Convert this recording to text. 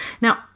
Now